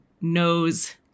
knows